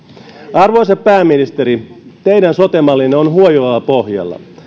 arvoisa pääministeri teidän sote mallinne on huojuvalla pohjalla